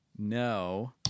No